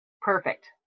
perfect